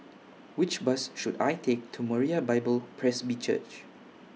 Which Bus should I Take to Moriah Bible Presby Church